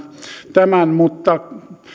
tämän mutta